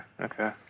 okay